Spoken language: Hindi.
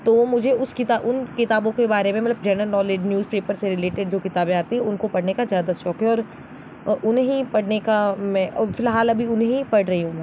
तो मुझे उस उन किताबों के बारे में मतलब जनरल नॉलेज न्यूज़ पेपर से रिलेटेड जो किताबें आती हैं उनको पढ़ने का ज़्यादा शौक है और उन्हें ही पढ़ने का मैं फिलहाल अभी उन्हें ही पढ़ रही हूँ मैं